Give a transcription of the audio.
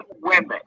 women